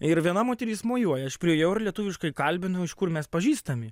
ir viena moteris mojuoja aš priėjau ir lietuviškai kalbinu iš kur mes pažįstami